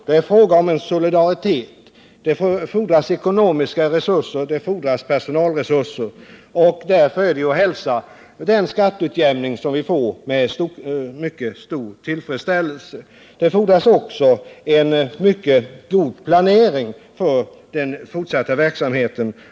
Det är en fråga om solidaritet. Det fordras ekonomiska resurser och personalresurser. Därför är den kommande skatteutjämningen att hälsa med mycket stor tillfredsställelse. Den fortsatta verksamheten fordrar en mycket god planering.